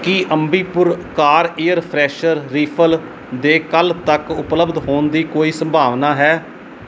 ਕੀ Ambipur car air freshener refill ਦੇ ਕੱਲ੍ਹ ਤੱਕ ਉਪਲਬਧ ਹੋਣ ਦੀ ਕੋਈ ਸੰਭਾਵਨਾ ਹੈ